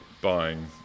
buying